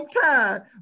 time